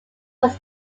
are